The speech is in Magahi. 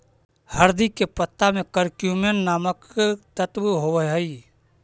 हरदी के पत्ता में करक्यूमिन नामक तत्व होब हई